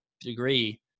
degree